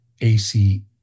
AC